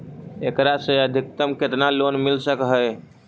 एकरा से अधिकतम केतना लोन मिल सक हइ?